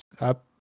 up